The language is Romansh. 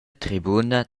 tribuna